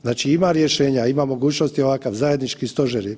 Znači ima rješenja, ima mogućnosti ovakva zajednički stožeri.